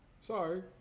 sorry